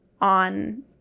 on